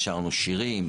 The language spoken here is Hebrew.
שרנו שירים,